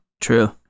True